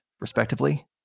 respectively